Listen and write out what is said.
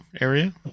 area